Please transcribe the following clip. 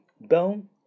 bone